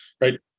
right